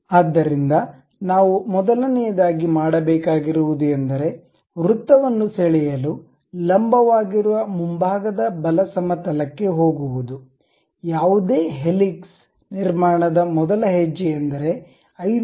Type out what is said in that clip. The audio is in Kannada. ಆದ್ದರಿಂದ ನಾವು ಮೊದಲನೆಯದಾಗಿ ಮಾಡಬೇಕಾಗಿರುವುದು ಎಂದರೆ ವೃತ್ತವನ್ನು ಸೆಳೆಯಲು ಲಂಬವಾಗಿರುವ ಮುಂಭಾಗದ ಬಲ ಸಮತಲಕ್ಕೆ ಹೋಗುವುದು ಯಾವುದೇ ಹೆಲಿಕ್ಸ್ ನಿರ್ಮಾಣದ ಮೊದಲ ಹೆಜ್ಜೆ ಎಂದರೆ 5 ಮಿ